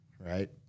right